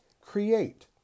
create